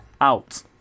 Out